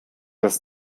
das